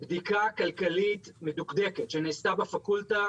בדיקה כלכלית מדוקדקת שנעשתה בפקולטה